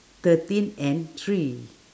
thirteen and three